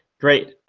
great,